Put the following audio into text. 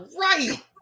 right